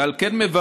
ועל כן מברך